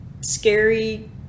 scary